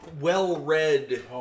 well-read